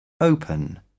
open